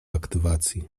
aktywacji